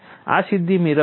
આ સિદ્ધિ મેળવી છે